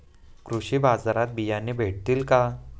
कृषी बाजारात बियाणे भेटतील का?